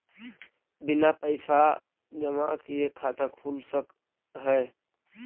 बिना पैसा जमा किए खाता खुल सक है?